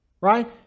Right